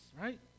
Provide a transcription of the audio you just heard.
right